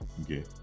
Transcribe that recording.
Okay